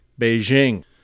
Beijing